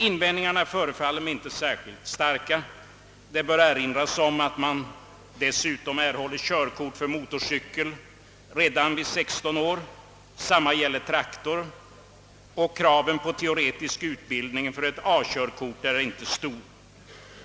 Invändningen förefaller mig inte särskilt stark. Det bör erinras att man dessutom erhåller körkort för motorcykel redan vid 16 års ålder. Detsamma gäller traktor, och kraven på teoretisk utbildning för ett A-körkort är inte stora.